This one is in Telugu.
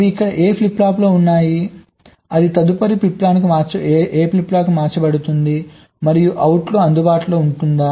అవి ఇక్కడ ఈ ఫ్లిప్ ఫ్లాప్లో ఉన్నాయి అది తదుపరి ఫ్లిప్ ఫ్లాప్కు మార్చబడుతుంది మరియు అవుట్లో అందుబాటులో ఉంటుంది